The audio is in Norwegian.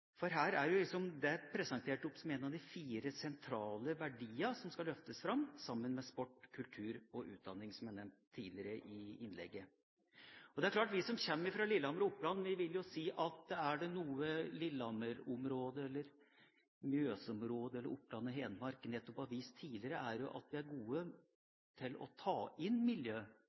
presentert som en av de fire sentrale verdiene som skal løftes fram, sammen med sport, kultur og utdanning, som er nevnt tidligere i innlegget. Det er klart at vi som kommer fra Lillehammer og Oppland, vil si at er det noe Lillehammer-området – eller Mjøsområdet, Oppland og Hedmark – nettopp har vist tidligere, er at vi er gode til å ta miljødimensjonen inn